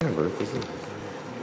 חוק הודעה לעובד (תנאי עבודה)